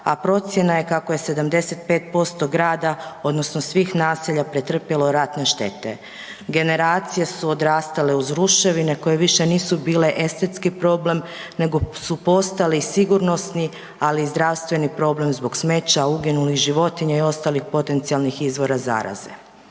a procjena je kako je 75% grada odnosni svih naselja pretrpjelo ratne štete. Generacije su odrastale uz ruševine koje više nisu bile estetski problem nego su postali sigurnosti ali i zdravstveni problem zbog smeća, uginulih životinja i ostalih potencijalnih izvora zaraze.